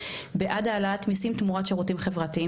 בעד העלאת מיסים תמורת שירותים חברתיים,